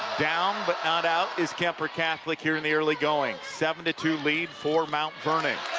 down but not out is kuemper catholic here in the early going. seven two lead for mount vernon.